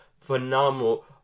phenomenal